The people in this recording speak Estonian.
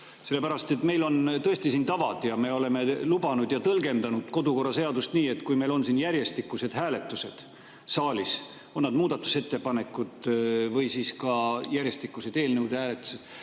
tühistamist. Meil on tõesti siin tavad ja me oleme lubanud ja tõlgendanud kodukorra seadust nii, et kui meil on järjestikused hääletused saalis, on nad muudatusettepanekud või ka järjestikused eelnõude hääletused,